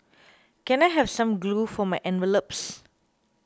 can I have some glue for my envelopes